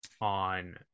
on